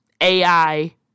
AI